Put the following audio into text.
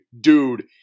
dude